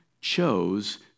chose